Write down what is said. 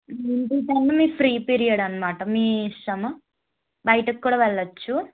మిగిలిన టైం మీకు free period అన్నమాట మీ ఇష్టము బయటికి కూడా వెళ్ళచ్చు